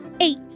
Eight